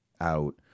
out